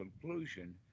conclusion